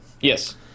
Yes